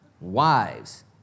wives